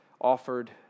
offered